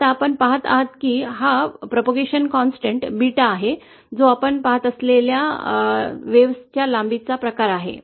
आता आपण पहात आहात की हा प्रसार स्थिरांक 𝜷 आहे जो आपण पाहत असलेल्या लाटांच्या लांबीचा प्रकार आहे